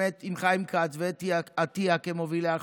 עם חיים כץ ואתי עטייה כמובילי החוק,